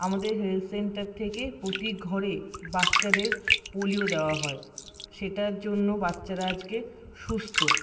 আমাদের health centre থেকে প্রতি ঘরে বাচ্চাদের পোলিও দেওয়া হয় সেটার জন্য বাচ্চারা আজকে সুস্থ